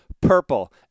purple